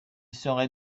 serait